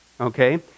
okay